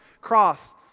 Cross